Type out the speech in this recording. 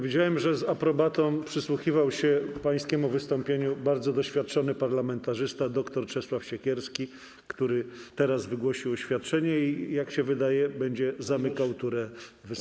Widziałem, że z aprobatą przysłuchiwał się pańskiemu wystąpieniu bardzo doświadczony parlamentarzysta, dr Czesław Siekierski, który teraz wygłosi oświadczenie, i jak się wydaje, będzie zamykał turę wystąpień.